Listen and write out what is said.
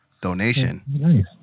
donation